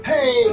Hey